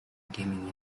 gaming